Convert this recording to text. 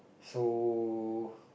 so